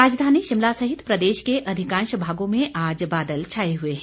मौसम राजधानी शिमला सहित प्रदेश के अधिकांश भागों में आज बादल छाए हुए हैं